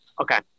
okay